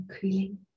cooling